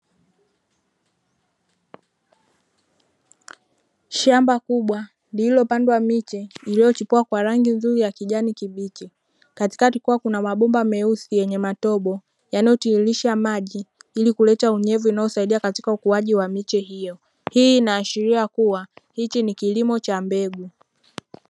Shamba kubwa lililopandwa miche iliyochipua kwa rangi nzuri ya kijani kibichi; katikati kukiwa kuna mabomba meusi yenye matobo yanayotiririsha maji ili kuleta unyevu unaosaidia katika ukuaji wa miche hiyo. Hii inaashiria kuwa hichi ni kilimo cha mbegu.